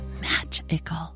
magical